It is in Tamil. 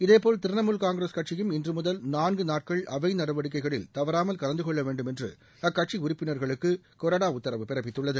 இதேபோல் திரிணாமுள் காங்கிரஸ் கட்சியும் இன்று முதல் நான்கு நாட்கள் அவை நடவடிக்கைகளில் தவறாமல் கலந்துகொள்ள வேண்டும்என்று அக்கட்சி உறுப்பினர்களுக்கு கொறடா உத்தரவு பிறப்பித்துள்ளது